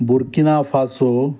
Burkina Faso